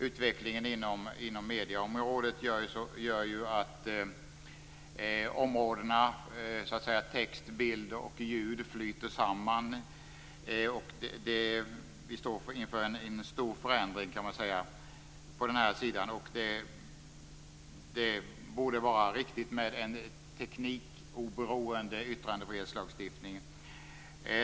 Utvecklingen på medieområdet gör att områdena text, bild och ljud flyter samman. Vi står inför en stor förändring på den här sidan, och det borde vara riktigt med en teknikoberoende yttrandefrihetslagstiftning.